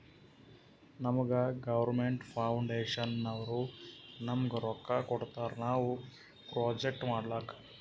ನಮುಗಾ ಗೌರ್ಮೇಂಟ್ ಫೌಂಡೇಶನ್ನವ್ರು ನಮ್ಗ್ ರೊಕ್ಕಾ ಕೊಡ್ತಾರ ನಾವ್ ಪ್ರೊಜೆಕ್ಟ್ ಮಾಡ್ಲಕ್